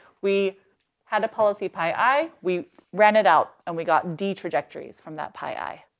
we had a policy pi i, we ran it out, and we got d trajectories from that pi i.